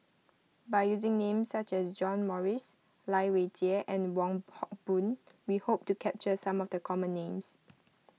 by using names such as John Morrice Lai Weijie and Wong Hock Boon we hope to capture some of the common names